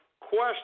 Question